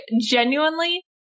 Genuinely